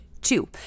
two